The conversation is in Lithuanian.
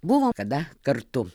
buvo kada kartu